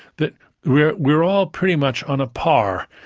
that we're we're all pretty much on a par.